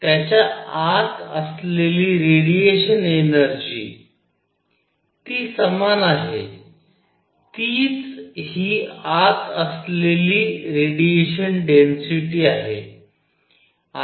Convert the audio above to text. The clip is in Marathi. त्याच्या आत असलेली रेडिएशन एनर्जी ती समान आहे तीच हि आत असलेली रेडिएशन डेन्सिटी आहे